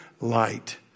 light